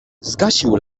zgasił